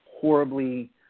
horribly